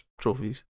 trophies